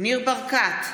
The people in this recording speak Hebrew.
ניר ברקת,